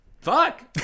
Fuck